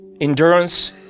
endurance